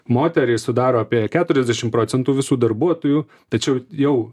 moterys sudaro apie keturiasdešimt procentų visų darbuotojų tačiau jau